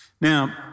Now